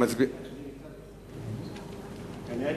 אם כך,